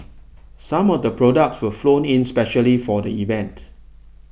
some of the products were flown in specially for the event